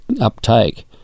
uptake